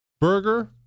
Burger